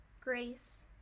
grace